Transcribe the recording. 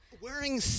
Wearing